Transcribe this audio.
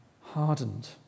hardened